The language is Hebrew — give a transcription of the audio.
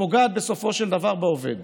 שפוגעת בסופו של דבר בעובד